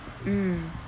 mm